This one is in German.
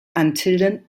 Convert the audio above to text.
antillen